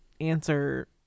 answer